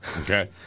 Okay